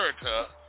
America